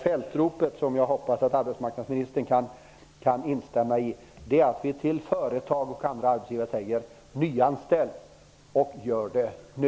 Fältropet, som jag hoppas att arbetsmarknadsministern kan instämma i, är att vi till företag och andra arbetsgivare säger: Nyanställ, och gör det nu!